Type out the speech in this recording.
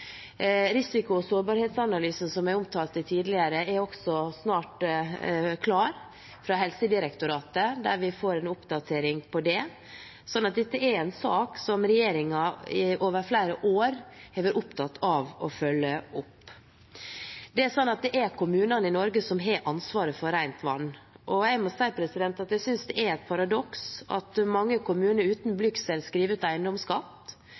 Risiko- og sårbarhetsanalysen, som jeg omtalte tidligere, er også snart klar fra Helsedirektoratet, og da får vi en oppdatering på det. Så dette er en sak som regjeringen over flere år har vært opptatt av å følge opp. Det er kommunene i Norge som ansvaret for rent vann, og jeg synes det er et paradoks at mange kommuner uten blygsel skriver ut eiendomsskatt,